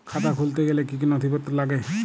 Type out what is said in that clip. খাতা খুলতে গেলে কি কি নথিপত্র লাগে?